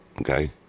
okay